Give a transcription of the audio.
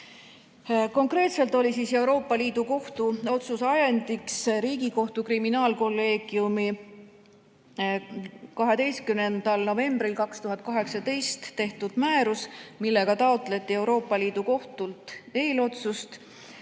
Konkreetselt oli Euroopa Liidu Kohtu otsuse ajendiks Riigikohtu kriminaalkolleegiumi 12. novembril 2018 tehtud määrus, millega taotleti Euroopa Liidu Kohtult eelotsust